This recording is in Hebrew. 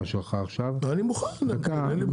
שלך עכשיו -- אני מוכן אין לי בעיה.